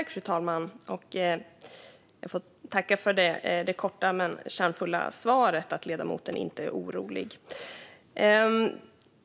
Fru talman! Jag får tacka för det korta men kärnfulla svaret om att ledamoten inte är orolig.